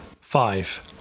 five